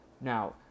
Now